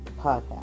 podcast